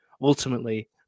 ultimately